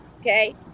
Okay